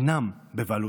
הם אינם בבעלותכם.